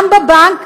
גם בבנק,